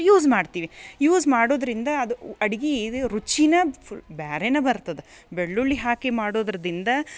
use ಮಾಡ್ತೀವಿ use ಮಾಡುದರಿಂದ ಅದು ಅಡ್ಗೆ ಇದು ರುಚಿನ ಫುಲ್ ಬ್ಯಾರೆನೇ ಬರ್ತದೆ ಬೆಳ್ಳುಳ್ಳಿ ಹಾಕಿ ಮಾಡುದ್ರದಿಂದ